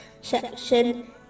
section